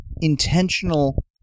intentional